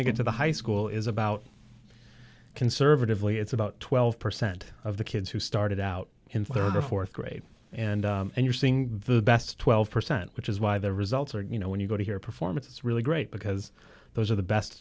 they get to the high school is about conservatively it's about twelve percent of the kids who started out in rd or th grade and you're seeing the best twelve percent which is why the results are you know when you go to your performance it's really great because those are the best t